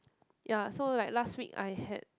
ya so like last week I had